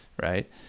right